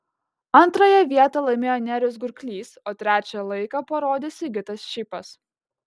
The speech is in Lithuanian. antrąją vietą laimėjo nerijus gurklys o trečią laiką parodė sigitas čypas